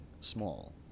small